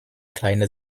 kleine